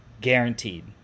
guaranteed